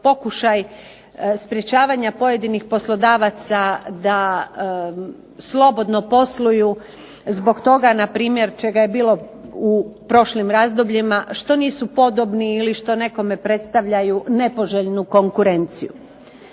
pokušaj sprečavanja pojedinih poslodavaca da slobodno posluju, zbog toga čega je bila u prošlim razdobljima, što nisu podobni ili što nekima predstavljaju nepoželjnu konkurenciju.